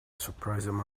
surprising